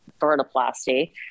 vertoplasty